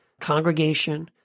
congregation